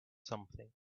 something